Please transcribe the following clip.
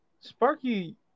Sparky –